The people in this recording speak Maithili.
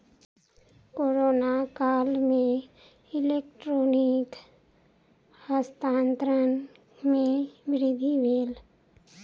कोरोना काल में इलेक्ट्रॉनिक हस्तांतरण में वृद्धि भेल